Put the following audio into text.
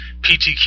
PTQ